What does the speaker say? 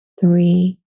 Three